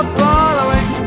following